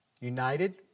United